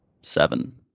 Seven